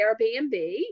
Airbnb